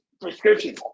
prescription